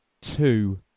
Two